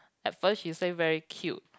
at first she say very cute